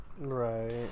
Right